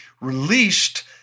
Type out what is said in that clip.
released